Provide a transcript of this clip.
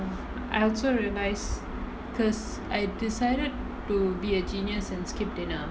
I also realised because I decided to be a genius and skip dinner